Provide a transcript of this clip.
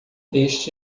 este